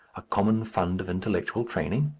a common fund of intellectual training?